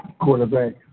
Quarterback